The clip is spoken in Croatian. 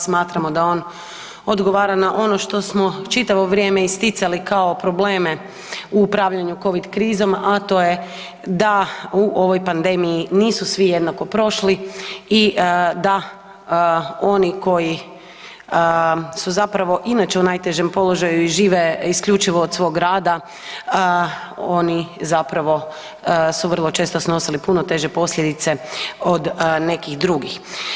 Smatramo da on odgovara na ono što smo čitavo vrijeme isticali kao probleme u upravljanju covid krizom, a to je da u ovoj pandemiji nisu svi jednako prošli i da oni koji su zapravo inače u najtežem položaju i žive isključivo od svog rada oni zapravo su vrlo često snosili puno teže posljedice od nekih drugih.